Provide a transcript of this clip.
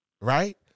right